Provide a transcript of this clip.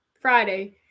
Friday